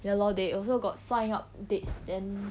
ya lor they also got sign up dates then